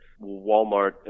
Walmart